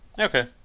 Okay